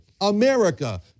America